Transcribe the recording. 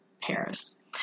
Paris